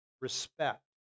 respect